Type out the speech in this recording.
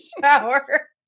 shower